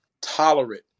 tolerant